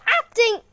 acting